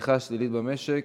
צמיחה שלילית במשק,